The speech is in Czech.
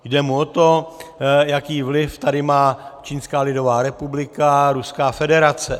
Jde mu o to, jaký vliv tady má Čínská lidová republika a Ruská federace.